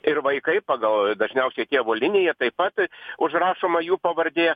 ir vaikai pagal dažniausiai tėvo liniją taip pat užrašoma jų pavardė